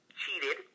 cheated